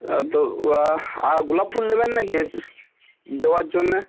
তো আর গোলাপ ফুল নেবেন নাাকি দেওয়ার জন্যে